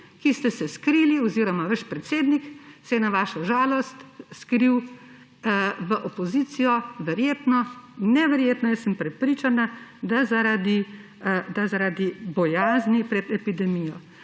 ki ste se skrili, oziroma vaš predsednik se je na vašo žalost skril v opozicijo, ne verjetno, jaz sem prepričana, da zaradi bojazni pred epidemijo.